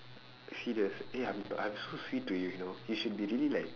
serious eh I'm I'm so sweet to you you know you should be really like